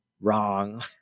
Wrong